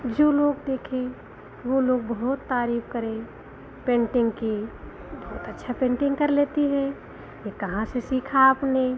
जो लोग देखे वो लोग बहुत तारीफ़ करें पेन्टिंग की बहुत अच्छा पेन्टिंग कर लेती हैं ये कहाँ से सीखा आपने